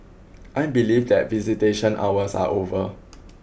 I believe that visitation hours are over